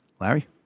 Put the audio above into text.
Larry